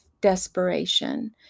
desperation